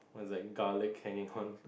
what's that garlic hanging on